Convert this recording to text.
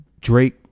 Drake